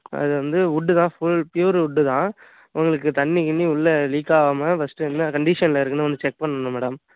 அது வந்து வுட்டு தான் ஃபுல் ப்யூர் வுட்டு தான் உங்களுக்கு தண்ணி கிண்ணி உள்ளே லீக் ஆகாம ஃபர்ஸ்ட்டு என்ன கண்டிஷனில் இருக்குன்னு வந்து செக் பண்ணனும் மேடம்